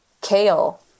kale